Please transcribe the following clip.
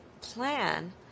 plan